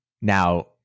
Now